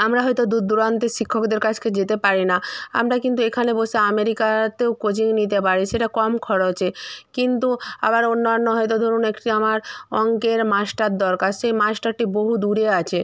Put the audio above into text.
আমরা হয়তো দূর দূরান্তের শিক্ষকদের কাছকে যেতে পারি না আমরা কিন্তু এখানে বসে আমেরিকাতেও কোচিং নিতে পারি সেটা কম খরচে কিন্তু আবার অন্যান্য হয়তো ধরুন একটি আমার অঙ্কের মাস্টার দরকার সেই মাস্টারটি বহু দূরে আছে